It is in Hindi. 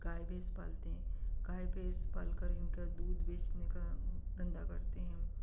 गाय भैंस पालते हैं गाय भैंस पालकर इनका दूध बेचने का धंधा करते हैं